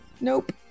nope